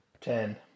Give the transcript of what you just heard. Ten